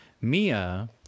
Mia